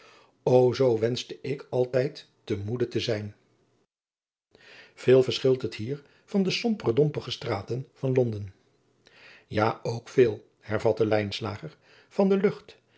o zoo wenschte ik altijd te moede te zijn veel verschilt het hier van de sombere dompige straten van londen ja ook veel hervatte lijnslager van de lucht